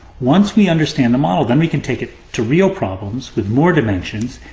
once we understand the model, then we can take it to real problems, with more dimensions,